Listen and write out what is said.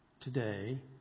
today